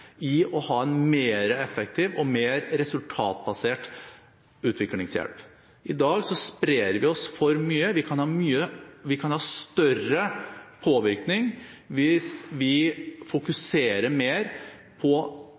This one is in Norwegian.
i å ha en mer effektiv og mer resultatbasert utviklingshjelp. I dag sprer vi oss for mye. Vi kan ha større påvirkning hvis vi fokuserer mer på